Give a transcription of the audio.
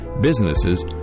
businesses